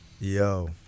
Yo